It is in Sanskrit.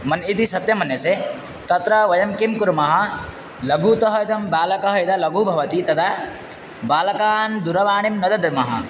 मन्ये इति सत्यं मन्यसे तत्र वयं किं कुर्मः लघुतः इदं बालकः यदा लघु भवति तदा बालकान् दुरवाणीं न दद्मः